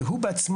כי הוא עצמו,